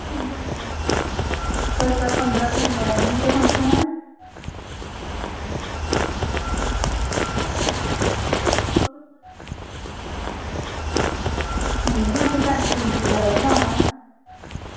साढ़े घर पंदरां तरीक मैरिज़ दा फंक्शन ऐ नेईं नेईं असें टैंट टुंट बगैरा बी लाना ऐ